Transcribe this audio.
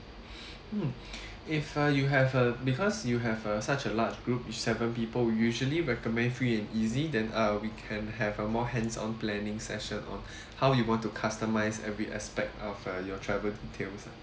hmm if uh you have a because you have a such a large group with seven people we usually recommend free and easy then uh we can have a more hands on planning session on how you want to customize every aspect of uh your travel details lah